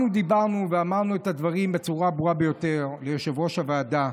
אנחנו דיברנו ואמרנו את הדברים בצורה ברורה ביותר ליושב-ראש הוועדה,